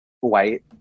white